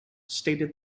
stated